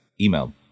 email